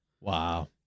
Wow